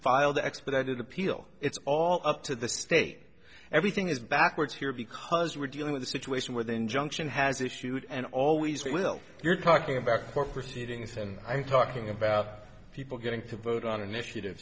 file the expedited appeal it's all up to the state everything is backwards here because we're dealing with a situation where the injunction has issued and always will you're talking about court proceedings and i'm talking about people getting to vote on